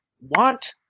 want